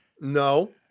No